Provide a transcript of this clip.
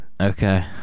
Okay